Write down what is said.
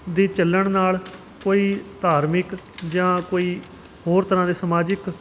ਦੇ ਚੱਲਣ ਨਾਲ ਕੋਈ ਧਾਰਮਿਕ ਜਾਂ ਕੋਈ ਹੋਰ ਤਰ੍ਹਾਂ ਦੇ ਸਮਾਜਿਕ